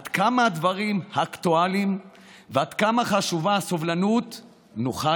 עד כמה הדברים אקטואליים ועד כמה חשובה הסובלנות נוכל